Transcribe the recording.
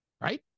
right